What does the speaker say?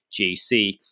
GC